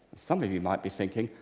some of you might be thinking,